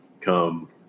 come